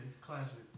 classic